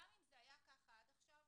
גם אם זה היה ככה עד עכשיו,